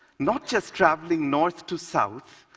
not just traveling north to south,